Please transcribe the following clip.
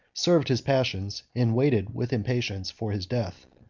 served his passions, and waited with impatience for his death.